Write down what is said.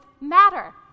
matter